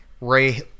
ray